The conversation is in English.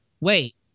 wait